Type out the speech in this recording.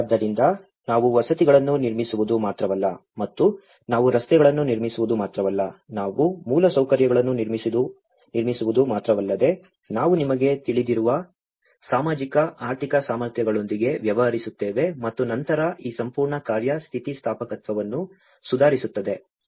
ಆದ್ದರಿಂದ ನಾವು ವಸತಿಗಳನ್ನು ನಿರ್ಮಿಸುವುದು ಮಾತ್ರವಲ್ಲ ಮತ್ತು ನಾವು ರಸ್ತೆಗಳನ್ನು ನಿರ್ಮಿಸುವುದು ಮಾತ್ರವಲ್ಲ ನಾವು ಮೂಲಸೌಕರ್ಯಗಳನ್ನು ನಿರ್ಮಿಸುವುದು ಮಾತ್ರವಲ್ಲದೆ ನಾವು ನಿಮಗೆ ತಿಳಿದಿರುವ ಸಾಮಾಜಿಕ ಆರ್ಥಿಕ ಸಾಮರ್ಥ್ಯಗಳೊಂದಿಗೆ ವ್ಯವಹರಿಸುತ್ತೇವೆ ಮತ್ತು ನಂತರ ಈ ಸಂಪೂರ್ಣ ಕಾರ್ಯ ಸ್ಥಿತಿಸ್ಥಾಪಕತ್ವವನ್ನು ಸುಧಾರಿಸುತ್ತದೆ